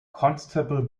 constable